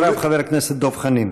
אחריו, חבר הכנסת דב חנין.